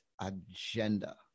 agenda